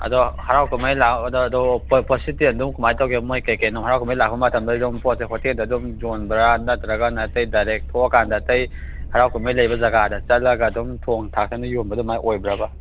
ꯑꯗꯣ ꯍꯔꯥꯎ ꯀꯨꯝꯍꯩ ꯂꯥꯛꯄꯗ ꯑꯗꯣ ꯄꯣꯠ ꯄꯣꯠꯁꯤꯠꯇꯤ ꯑꯗꯨꯝ ꯀꯨꯃꯥꯏ ꯇꯧꯒꯦ ꯃꯣꯏ ꯀꯩꯀꯩ ꯍꯔꯥꯎ ꯀꯨꯝꯍꯩ ꯂꯥꯛꯄ ꯃꯇꯝꯗ ꯑꯗꯨꯝ ꯄꯣꯠꯁꯦ ꯍꯣꯇꯦꯜꯗ ꯑꯗꯨꯝ ꯌꯣꯟꯕꯔꯥ ꯅꯠꯇ꯭ꯔꯒ ꯑꯇꯩ ꯗꯥꯏꯔꯦꯛ ꯊꯣꯛꯑꯀꯥꯟꯗ ꯑꯇꯩ ꯍꯔꯥꯎ ꯀꯨꯝꯍꯩ ꯂꯩꯕ ꯖꯒꯥꯗ ꯆꯠꯂꯒ ꯑꯗꯨꯝ ꯊꯣꯛ ꯊꯥꯛꯇꯅ ꯌꯣꯟꯕ ꯑꯗꯨꯃꯥꯏ ꯑꯣꯏꯕ꯭ꯔꯥꯕ